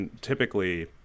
typically